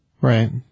Right